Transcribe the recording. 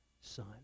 son